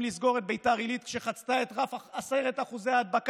לסגור את ביתר עילית כשחצתה את 10% ההדבקה,